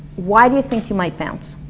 why do you think you might bounce?